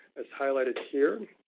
it's highlighted here.